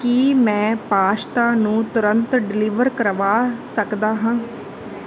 ਕੀ ਮੈਂ ਪਾਸਤਾ ਨੂੰ ਤੁਰੰਤ ਡਿਲੀਵਰ ਕਰਵਾ ਸਕਦਾ ਹਾਂ